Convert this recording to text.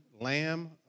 lamb